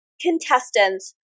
contestants